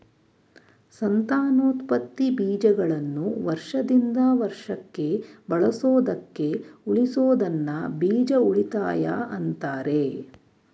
ಸಂತಾನೋತ್ಪತ್ತಿ ಬೀಜಗಳನ್ನು ವರ್ಷದಿಂದ ವರ್ಷಕ್ಕೆ ಬಳಸೋದಕ್ಕೆ ಉಳಿಸೋದನ್ನ ಬೀಜ ಉಳಿತಾಯ ಅಂತಾರೆ